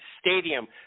stadium